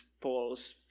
Paul's